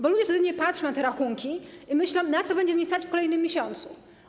Bo ludzie codziennie patrzą na te rachunki i myślą: Na co będzie mnie stać w kolejnym miesiącu?